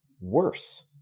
worse